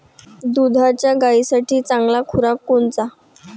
दुधाच्या गायीसाठी चांगला खुराक कोनचा?